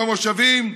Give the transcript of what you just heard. במושבים,